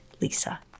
Lisa